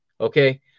Okay